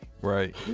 right